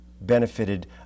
benefited